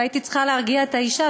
והייתי צריכה להרגיע את האישה,